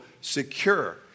secure